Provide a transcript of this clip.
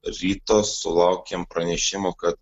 ryto sulaukėm pranešimo kad